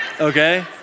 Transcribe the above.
Okay